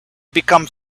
become